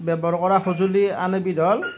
ব্যৱহাৰ কৰা সঁজুলি আন এবিধ হ'ল